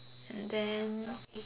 and then